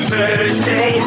Thursday